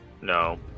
No